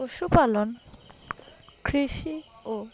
পশুপালন কৃষি ও